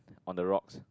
on the rocks